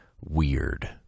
weird